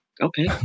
Okay